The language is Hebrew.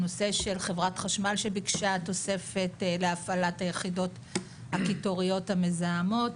הנושא של חברת חשמל שביקשה תוספת להפעלת היחידות הקיטוריות המזהמות.